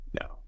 No